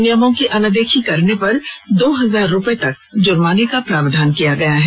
नियमों की अनदेखी करने पर दो हजार रूपये तक जुर्माना का प्रावधान किया गया है